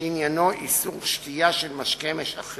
שעניינו איסור שתייה של משקה משכר